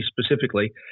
specifically